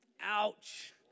Ouch